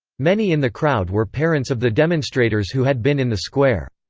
many in the crowd were parents of the demonstrators who had been in the square.